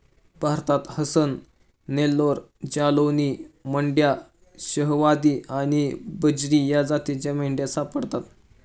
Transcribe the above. भारतात हसन, नेल्लोर, जालौनी, मंड्या, शाहवादी आणि बजीरी या जातींच्या मेंढ्या सापडतात